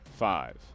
Five